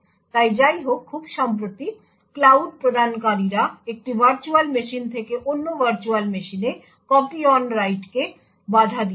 তাই যাইহোক খুব সম্প্রতি ক্লাউড প্রদানকারীরা একটি ভার্চুয়াল মেশিন থেকে অন্য ভার্চুয়াল মেশিনে কপি অন রাইটকে বাধা দিয়েছে